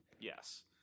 Yes